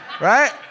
Right